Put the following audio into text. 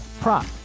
prop